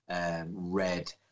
red